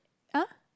!huh!